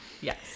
Yes